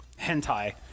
hentai